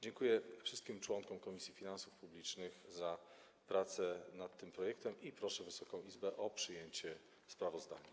Dziękuję wszystkim członkom Komisji Finansów Publicznych za pracę nad tym projektem i proszę Wysoką Izbę o przyjęcie sprawozdania.